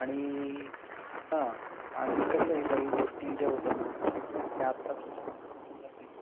आणि हां आणि कसं आहे काही गोष्टी ज्या होतात ना त्या आत्ताच होतात नंतर नाही होत